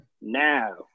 now